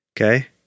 Okay